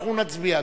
אנחנו נצביע,